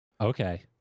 Okay